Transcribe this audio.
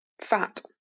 fat